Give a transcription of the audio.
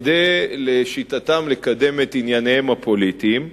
כדי לקדם את ענייניהם הפוליטיים,